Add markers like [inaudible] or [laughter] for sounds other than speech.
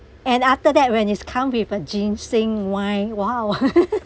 and after that when it's come with a ginseng wine !wow! [laughs]